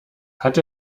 hat